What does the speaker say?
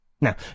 Now